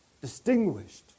Distinguished